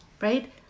right